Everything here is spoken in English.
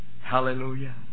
Hallelujah